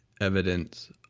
evidence